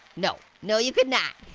no, no, you could not